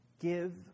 give